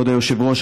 כבוד היושב-ראש,